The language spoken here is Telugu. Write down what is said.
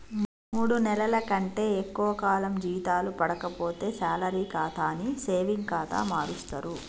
మూడు నెలల కంటే ఎక్కువ కాలం జీతాలు పడక పోతే శాలరీ ఖాతాని సేవింగ్ ఖాతా మారుస్తరు